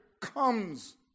comes